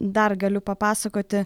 dar galiu papasakoti